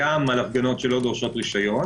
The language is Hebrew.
גם על הפגנות שלא דורשות רישיון